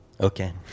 Okay